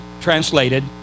translated